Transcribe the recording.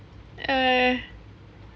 uh